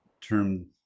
term